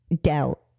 doubt